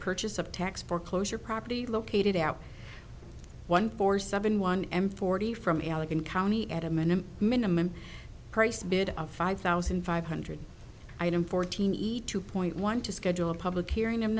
purchase of tax foreclosure property located out one for seven one m forty from allegan county at a minimum minimum price bid of five thousand five hundred fourteen eat two point one to schedule a public hearing